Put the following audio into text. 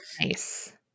nice